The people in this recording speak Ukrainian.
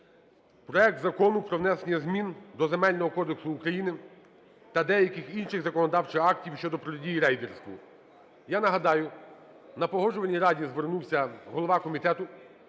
проект Закону про внесення змін до Земельного кодексу України та деяких інших законодавчих актів щодо протидії рейдерству. Я нагадаю, на Погоджувальній раді звернувся голова комітету